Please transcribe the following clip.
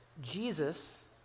Jesus